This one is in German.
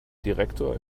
direktor